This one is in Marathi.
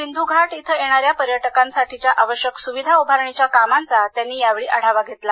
सिंधू घाट इथं येणाऱ्या पर्यटकांसाठीच्या आवश्यक सुविधा उभारणीच्या कामांचा त्यांनी यावेळी आढावा घेतला